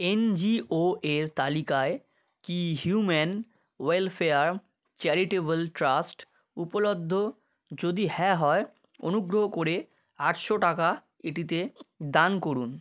N G ওএর তালিকায় কি হিউম্যান ওয়েলফেয়ার চ্যারিটেবল ট্রাস্ট উপলব্ধ যদি হ্যাঁ হয় অনুগ্রহ করে আটশো টাকা এটিতে দান করুন